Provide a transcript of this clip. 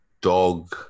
dog